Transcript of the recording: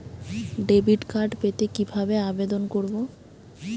Debit card পেতে কি ভাবে আবেদন করব?